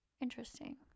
Interesting